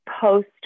post